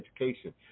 education